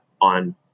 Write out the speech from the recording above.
on